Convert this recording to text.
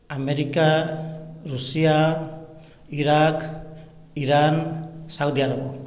America Russia Iraq Iran Saudi Arab